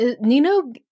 Nino